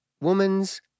woman's